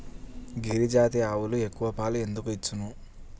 గిరిజాతి ఆవులు ఎక్కువ పాలు ఎందుకు ఇచ్చును?